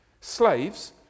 Slaves